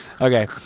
Okay